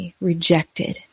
rejected